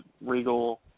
Regal